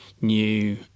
new